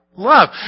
Love